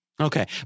Okay